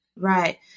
Right